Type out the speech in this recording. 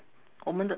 我们的：wo men de